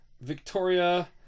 Victoria